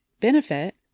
benefit